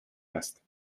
vest